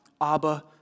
Abba